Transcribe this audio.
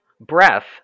breath